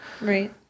right